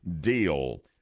deal